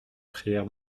prière